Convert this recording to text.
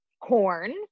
corn